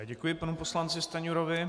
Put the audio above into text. Děkuji panu poslanci Stanjurovi.